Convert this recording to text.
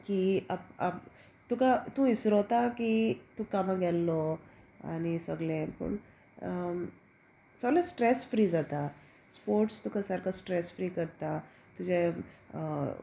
की तुका तूं इसरोता की तुका कामा गेल्लो आनी सगले पूण सगळे स्ट्रेस फ्री जाता स्पोर्ट्स तुका सारको स्ट्रेस फ्री करता तुजें